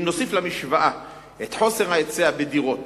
אם נוסיף למשוואה את חוסר ההיצע בדירות